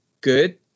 good